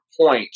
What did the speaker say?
point